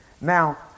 Now